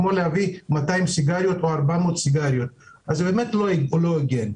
זה באמת לא הוגן.